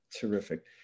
Terrific